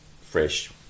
fresh